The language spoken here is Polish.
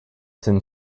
tym